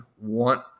want